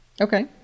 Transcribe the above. Okay